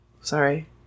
Sorry